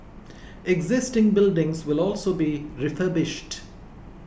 existing buildings will also be refurbished